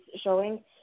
showing